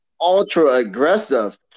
ultra-aggressive